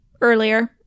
earlier